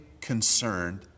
concerned